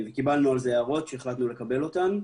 וקיבלנו על זה הערות שהחלטנו לקבל אותן,